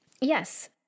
Yes